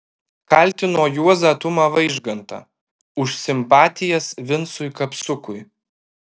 kaltino juozą tumą vaižgantą už simpatijas vincui kapsukui